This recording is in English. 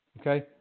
okay